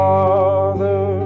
Father